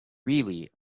really